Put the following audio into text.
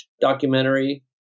documentary